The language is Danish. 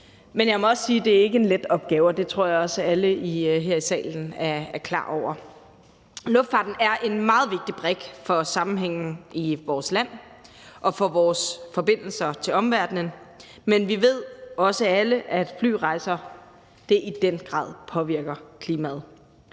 men jeg må også sige, at det ikke er en let opgave, og det tror jeg også at alle her i salen er klar over. Luftfarten er en meget vigtig brik for sammenhængen i vores land og for vores forbindelser til omverdenen, men vi ved også alle, at flyrejser i den grad påvirker klimaet.